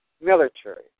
military